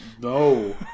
No